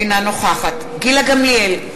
אינה נוכחת גילה גמליאל,